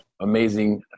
amazing